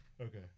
Okay